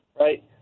right